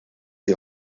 die